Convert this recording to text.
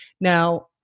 Now